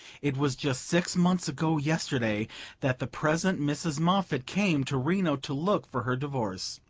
it was just six months ago yesterday that the present mrs. moffatt came to reno to look for her divorce.